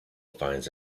finds